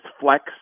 Flex